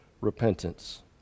repentance